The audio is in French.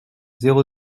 zéro